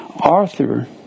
Arthur